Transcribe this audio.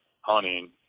hunting